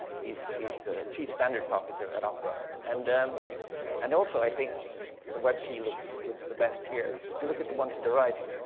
he's he's chief standards officer at opera. and um and also i think the webp looks looks the best here. if you look at the one to the right,